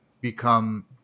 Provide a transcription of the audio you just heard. become